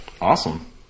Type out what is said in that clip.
Awesome